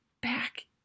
back